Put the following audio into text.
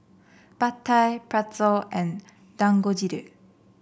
Pad Thai Pretzel and Dangojiru